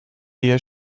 ehe